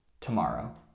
tomorrow